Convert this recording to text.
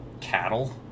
cattle